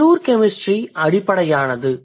pure chemistry அடிப்படையானது